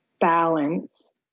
balance